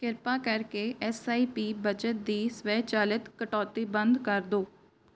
ਕ੍ਰਿਪਾ ਕਰਕੇ S I P ਬੱਚਤ ਦੀ ਸਵੈਚਾਲਿਤ ਕਟੌਤੀ ਬੰਦ ਕਰ ਦਿਓ